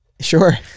Sure